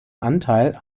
anteil